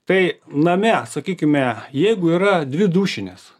tai name sakykime jeigu yra dvi dušinės